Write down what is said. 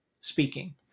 speaking